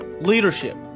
leadership